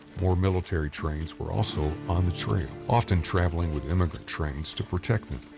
more military trains were also on the trail, often traveling with emigrant trains to protect them.